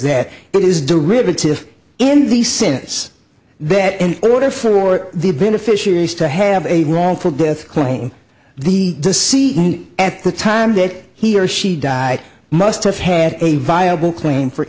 derivative in the sense that in order for the beneficiaries to have a wrongful death claim the to see at the time that he or she died must have had a viable claim for